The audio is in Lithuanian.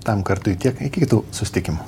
tam kartui tiek iki kitų susitikimų